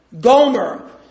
Gomer